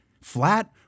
flat